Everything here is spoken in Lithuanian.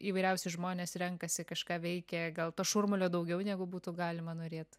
įvairiausi žmonės renkasi kažką veikia gal to šurmulio daugiau negu būtų galima norėt